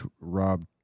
Rob